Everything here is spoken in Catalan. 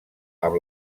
amb